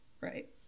right